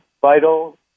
vital